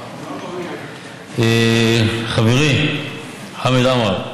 חברי חמד עמאר,